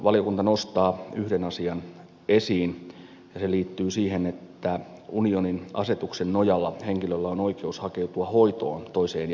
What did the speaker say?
valiokunta nostaa yhden asian esiin ja se liittyy siihen että unionin asetuksen nojalla henkilöllä on oikeus hakeutua hoitoon toiseen jäsenvaltioon